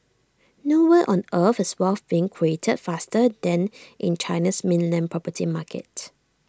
nowhere on earth is wealth being created faster than in China's mainland property market